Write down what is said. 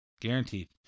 Guaranteed